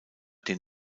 den